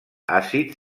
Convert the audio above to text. àcid